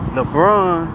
LeBron